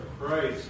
Christ